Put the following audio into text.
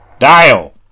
DIAL